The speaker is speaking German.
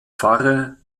pfarre